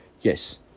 Yes